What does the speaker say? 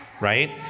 right